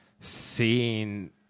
seeing